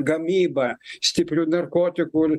gamyba stiprių narkotikų